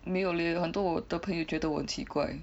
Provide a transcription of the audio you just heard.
没有 eh 很多我的朋友觉得我很奇怪